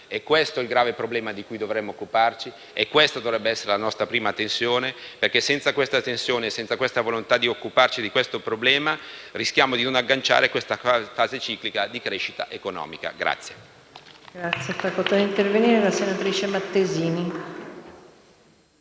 È questo il grave problema di cui dovremmo occuparci, e questa dovrebbe essere la nostra prima attenzione perché senza questa attenzione e senza questa volontà di occuparci del problema, rischiamo di non agganciare questa fase ciclica di crescita economica.